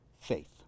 faith